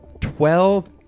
Twelve